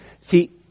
See